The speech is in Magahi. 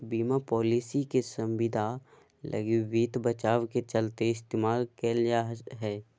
बीमा पालिसी के संविदा लगी वित्त बचाव के चलते इस्तेमाल कईल जा हइ